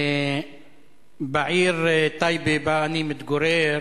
בעיר טייבה, שבה אני מתגורר,